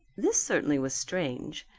this certainly was strange.